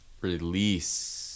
release